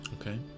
Okay